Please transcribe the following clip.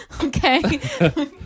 Okay